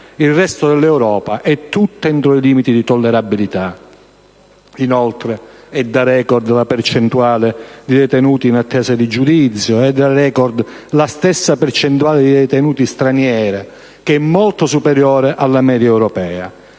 Il resto dell'Europa è tutta entro i limiti di tollerabilità. Inoltre è da record la percentuale di detenuti in attesa di giudizio, come le lo è la stessa percentuale di detenuti stranieri, che è molto superiore alla media europea.